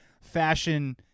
fashion